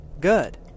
good